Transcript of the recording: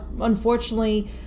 unfortunately